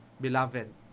Beloved